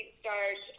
start